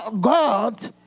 God